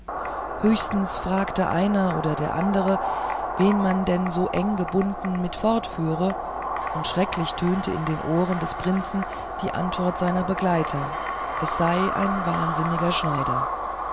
höchstens fragte einer oder der andere wen man denn so eng gebunden mit fortführe und schrecklich tönte in das ohr des prinzen die antwort seiner begleiter es sei ein wahnsinniger schneider